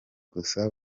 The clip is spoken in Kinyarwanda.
gusa